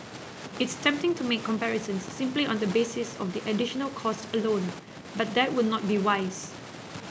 it's tempting to make comparisons simply on the basis of the additional cost alone but that would not be wise